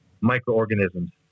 microorganisms